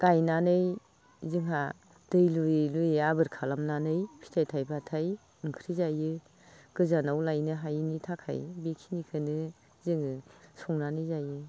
गायनानै जोंहा दै लुयै लुयै आबाद खालामनानै फिथाइ थाइबाथाय ओंख्रि जायो गोजानाव लायनो हायैनि थाखाय बेखिनिखौनो जोङो संनानै जायो